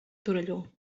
torelló